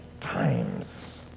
times